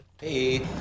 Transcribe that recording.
hey